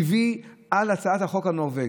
הביא על הצעת החוק הנורבגי.